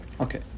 Okay